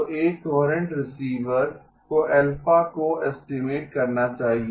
तो एक coherent receiver को α को एस्टीमेट करना चाहिए